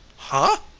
huh?